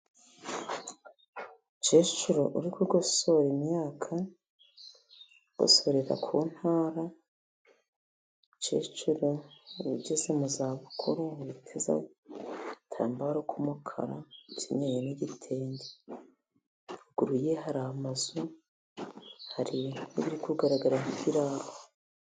Umukecuru uri kugosora imyaka. Bagosorera ku ntara. Umukecuru ugeze mu zabukuru witeze agatambaro k'umukara, yikenyeye n'igitenge . Haguru ye hari amazu, hari iri kugaragara nk'ikiraro.